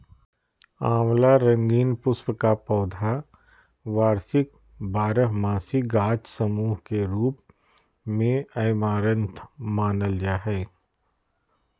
आँवला रंगीन पुष्प का पौधा वार्षिक बारहमासी गाछ सामूह के रूप मेऐमारैंथमानल जा हइ